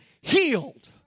healed